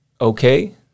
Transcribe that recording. okay